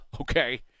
okay